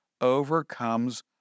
overcomes